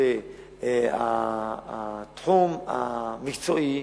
שהתחום המקצועי,